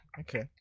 okay